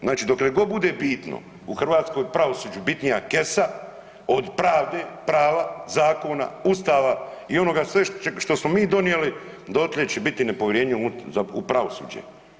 Znači, dakle dok god bude bitno u hrvatskom pravosuđu bitnija kesa od pravde, prava, zakona, Ustava i onoga sveg što smo mi donijeli dotle će biti nepovjerenje u pravosuđe.